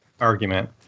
argument